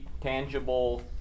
tangible